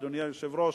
אדוני היושב-ראש,